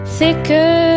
thicker